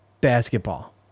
basketball